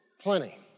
plenty